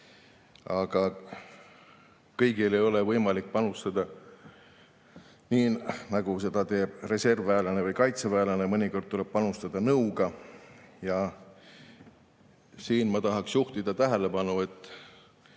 Aga kõigil ei ole võimalik panustada nii, nagu seda teeb reservväelane või kaitseväelane. Mõnikord tuleb panustada nõuga. Ja siinkohal ma tahaksin juhtida tähelepanu